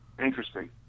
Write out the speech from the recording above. Interesting